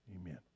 amen